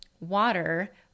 water